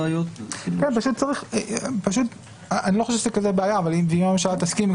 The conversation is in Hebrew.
אני לא חושב שזאת בעיה אבל אם הממשלה תסכים,